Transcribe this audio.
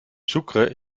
sucre